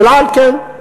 "אל על", כן.